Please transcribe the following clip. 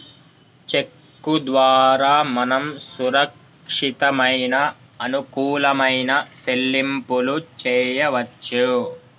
చెక్కు ద్వారా మనం సురక్షితమైన అనుకూలమైన సెల్లింపులు చేయవచ్చు